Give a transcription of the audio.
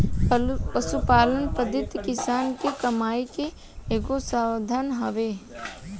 पशुपालन पद्धति किसान के कमाई के एगो साधन हवे